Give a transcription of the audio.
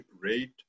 rate